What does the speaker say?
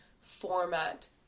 format